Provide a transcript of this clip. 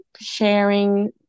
sharing